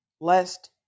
lest